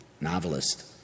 novelist